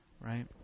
right